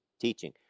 teaching